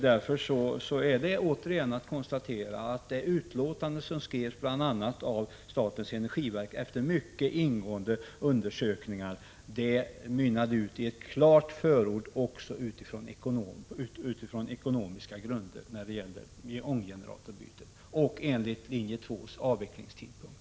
Därför vill jag återigen konstatera att det utlåtande som skrevs, bl.a. av statens energiverk, efter mycket ingående undersökningar mynnade uti ett klart förord, även på ekonomiska grunder, för ånggeneratorbytet och avvecklingstidpunkten enligt linje 2.